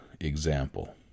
example